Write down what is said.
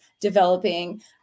developing